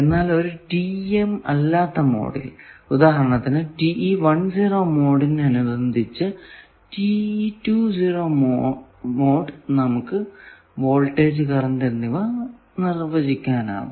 എന്നാൽ ഒരു TEM അല്ലാത്ത മോഡിൽ ഉദാഹരണത്തിന് മോഡിനനുബന്ധിച്ചു നമുക്ക് വോൾടേജ് കറന്റ് എന്നിവ നിർവചിക്കാനാകും